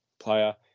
player